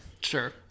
Sure